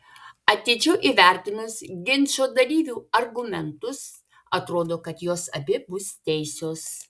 atidžiau įvertinus ginčo dalyvių argumentus atrodo kad jos abi bus teisios